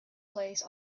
place